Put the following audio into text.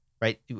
Right